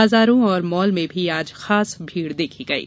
बाजारों और माल में भी आज खास भीड़ देखी गयी